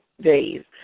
days